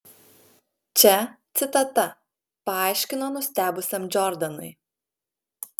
čia citata paaiškino nustebusiam džordanui